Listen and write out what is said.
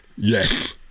Yes